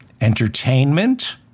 entertainment